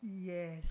Yes